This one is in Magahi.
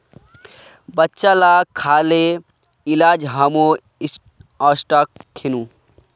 बच्चा लाक दखे आइज हामो ओट्स खैनु